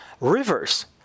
Rivers